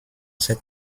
cette